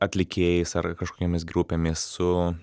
atlikėjais ar kažkokiomis grupėmis su